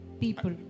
People